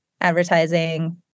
advertising